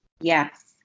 Yes